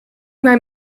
mijn